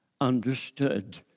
understood